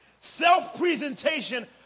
Self-presentation